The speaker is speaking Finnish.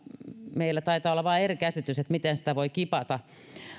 meillä taitaa olla vain eri käsitys siitä miten sitä voi kipata